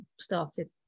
started